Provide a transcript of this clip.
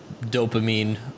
dopamine